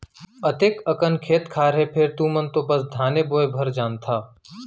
अतेक अकन खेत खार हे फेर तुमन तो बस धाने बोय भर जानथा